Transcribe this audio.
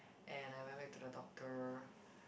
and I went back to the doctor